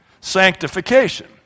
Sanctification